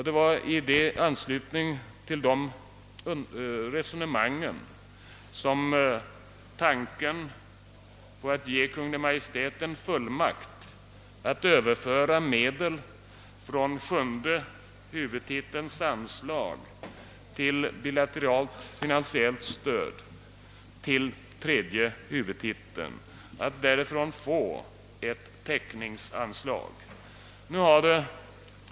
Det var i anslutning till det resonemanget som tanken uppkom att ge Kungl. Maj:t fullmakt att överföra medel från sjunde huvudtitelns anslag till bilateralt finansiellt utvecklingsbistånd till tredje huvudtitelns anslag för fältverksamhet och att därifrån få ett täckningsanslag.